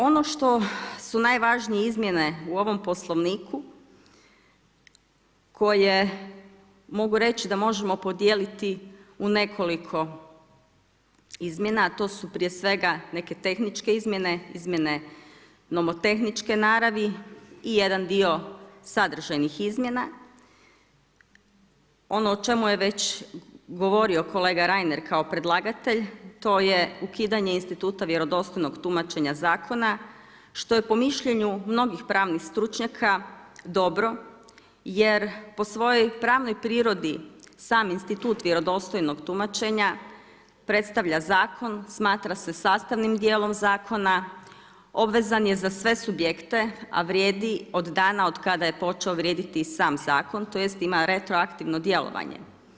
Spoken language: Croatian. Ono što su najvažnije izmjene u ovom Poslovniku koje mogu reći da možemo podijeliti u nekoliko izmjena, a to su prije svega neke tehničke izmjene, izmjene nomotehničke naravi i jedan dio sadržajnih izmjena ono o čemu je već govorio kolega Reiner kao predlagatelj to je ukidanje instituta vjerodostojnog tumačenja zakona što je po mišljenju mnogih pravnih stručnjaka dobro jer po svojoj pravnoj prirodi sam institut vjerodostojnog tumačenja predstavlja zakon, smatra se sastavnim dijelom zakona, obvezan je za sve subjekte, a vrijedi od dana od kada je počeo vrijediti i sam zakon tj. ima retroaktivno djelovanje.